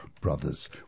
Brothers